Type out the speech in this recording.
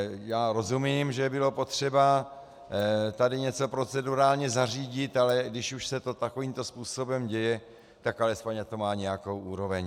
Já rozumím, že bylo potřeba tady něco procedurálně zařídit, ale když už se to takovýmto způsobem děje, tak alespoň ať to má nějakou úroveň.